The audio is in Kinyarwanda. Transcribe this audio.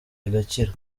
igakira